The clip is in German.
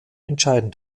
entscheiden